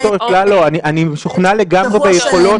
בוא וניתן ל-א' ול-ב' גם את שלושת הימים בשבוע,